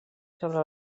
sobre